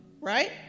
right